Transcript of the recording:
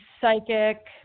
psychic